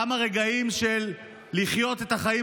כמה רגעים של לחיות את החיים,